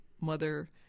mother